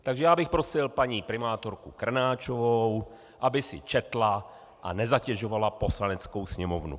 Takže já bych prosil paní primátorku Krnáčovou, aby si četla a nezatěžovala Poslaneckou sněmovnu.